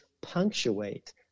punctuate